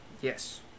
Yes